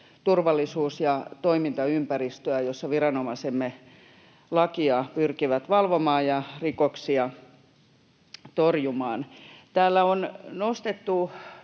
turvallisuus- ja toimintaympäristöä, jossa viranomaisemme lakia pyrkivät valvomaan ja rikoksia torjumaan. Täällä on nostettu